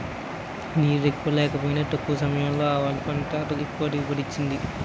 నీరెక్కువ లేకపోయినా తక్కువ సమయంలో ఆవాలు పంట ఎక్కువ దిగుబడిని ఇచ్చింది